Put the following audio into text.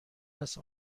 است